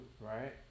right